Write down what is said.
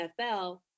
NFL